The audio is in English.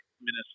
minister